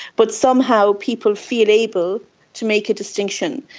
but somehow people feel able to make a distinction,